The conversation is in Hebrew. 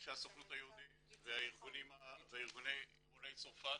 ואנשי הסוכנות היהודית וארגוני עולי צרפת